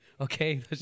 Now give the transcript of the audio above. Okay